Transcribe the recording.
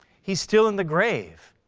he's still in the grave.